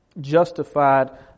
justified